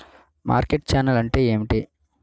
Market channel అంటే ఏమిటి?